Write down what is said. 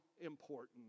important